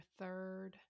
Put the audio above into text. third